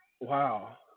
wow